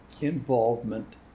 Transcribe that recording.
involvement